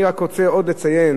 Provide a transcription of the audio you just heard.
אני רק רוצה עוד לציין,